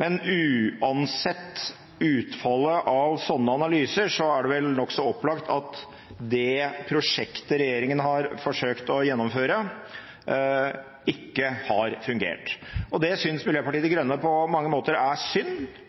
Men uansett utfallet av sånne analyser er det vel nokså opplagt at det prosjektet regjeringen har forsøkt å gjennomføre, ikke har fungert. Det synes Miljøpartiet De Grønne på mange måter er synd,